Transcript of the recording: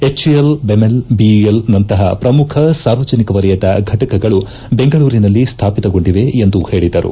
ಹೆಚ್ AL BEML BEL ನಂತಹ ಪ್ರಮುಖ ಸಾರ್ವಜನಿಕ ವಲಯದ ಫಟಕಗಳು ಬೆಂಗಳೂರಿನಲ್ಲಿ ಸ್ಥಾಪಿತಗೊಂಡಿವೆ ಎಂದು ಹೇಳದರು